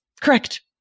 correct